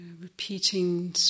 repeating